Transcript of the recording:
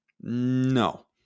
No